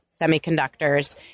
semiconductors